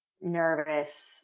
nervous